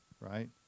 right